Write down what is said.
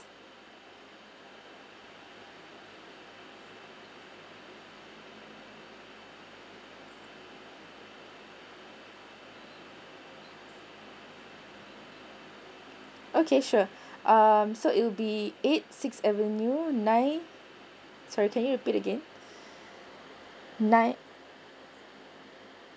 okay sure um so it'll be eight sixth avenue nine sorry can you repeat again nine